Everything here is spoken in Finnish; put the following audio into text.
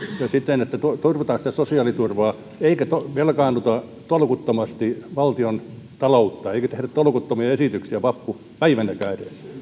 ja siten että turvataan sitä sosiaaliturvaa eikä velkaannuteta tolkuttomasti valtionta loutta eikä tehdä tolkuttomia esityksiä edes vappupäivänäkään